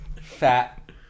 Fat